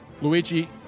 Luigi